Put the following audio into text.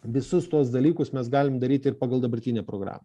visus tuos dalykus mes galim daryti ir pagal dabartinę programą